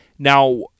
Now